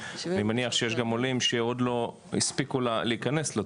אני מניח שיש גם עולים שעוד לא הספיקו להיכנס לתור.